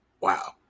Wow